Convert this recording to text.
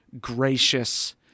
gracious